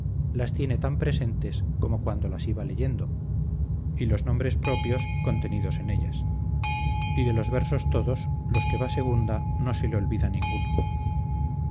las tiene tan presentes como cuando las iba leyendo y los nombres propios contenidos en ellas y de los versos todos los que va segunda no se le olvida ninguno